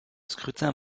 scrutin